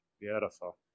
Beautiful